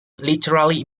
literally